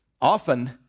Often